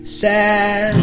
sad